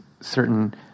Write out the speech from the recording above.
certain